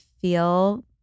feel